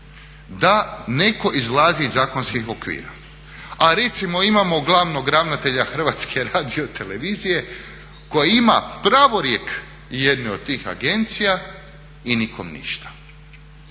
da netko izlazi iz zakonskih okvira. A recimo imamo glavnog ravnatelja Hrvatske radiotelevizije koja ima pravorijek jedne od tih agencija i nikom ništa.